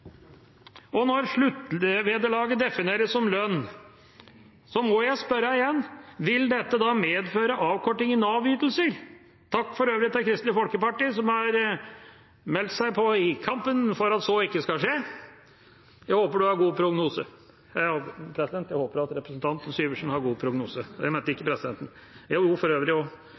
julegave. Når sluttvederlaget defineres som lønn, må jeg spørre igjen: Vil dette medføre avkortning i Nav-ytelser? For øvrig vil jeg si takk til Kristelig Folkeparti, som har meldt seg på i kampen for at så ikke skal skje – og jeg håper representanten Syversen har god prognose